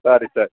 ಸರಿ ಸರ್